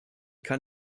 kann